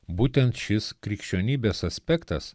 būtent šis krikščionybės aspektas